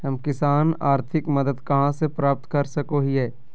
हम किसान आर्थिक मदत कहा से प्राप्त कर सको हियय?